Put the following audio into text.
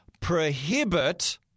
Prohibit